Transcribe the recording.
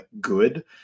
good